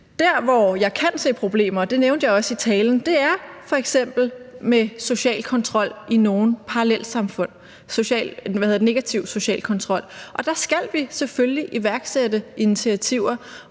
Der, hvor jeg kan se problemer, og det nævnte jeg også i talen, er f.eks. med negativ social kontrol i nogle parallelsamfund, og der skal vi selvfølgelig iværksætte initiativer,